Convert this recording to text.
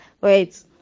wait